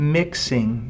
mixing